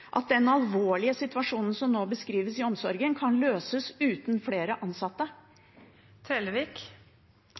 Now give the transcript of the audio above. at den alvorlige situasjonen som nå beskrives i omsorgen, kan løses uten flere ansatte?